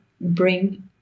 bring